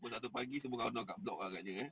pukul satu pagi semua kat block agaknya